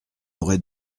aurez